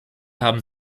haben